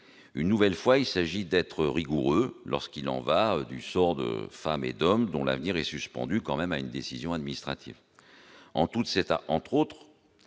Une nouvelle fois, il s'agit d'être rigoureux lorsqu'il y va du sort de femmes et d'hommes dont l'avenir est suspendu à une décision de l'administration. En outre,